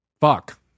fuck